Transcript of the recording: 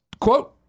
Quote